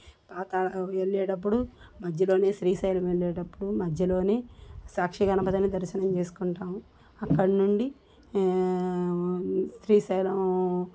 ఆ తర్వాత వెళ్ళేటప్పుడు మధ్యలోనే శ్రీశైలం వెళ్ళేటప్పుడు మధ్యలోనే సాక్షి గణపతిని దర్శనం చేసుకుంటాము అక్కడ నుండి శ్రీశైలం